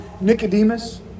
Nicodemus